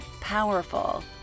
powerful